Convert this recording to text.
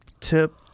tip